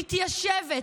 מתיישבת,